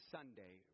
Sunday